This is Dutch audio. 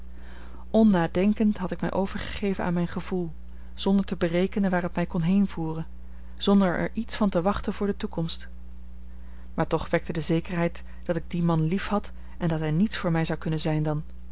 onnadenkend had ik mij overgegeven aan mijn gevoel zonder te berekenen waar het mij kon heenvoeren zonder er iets van te wachten voor de toekomst maar toch wekte de zekerheid dat ik dien man liefhad en dat hij niets voor mij zou kunnen zijn dan